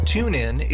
TuneIn